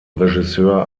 regisseur